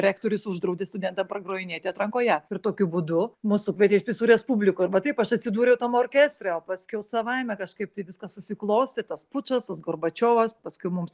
rektorius uždraudė studentam pragrojinėti atrankoje ir tokiu būdu mus sukvietė iš visų respublikų ir va taip aš atsidūriau tam orkestre o paskiau savaime kažkaip taip viskas susiklostė tas pučas tas gorbačiovas paskui mums